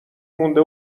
مونده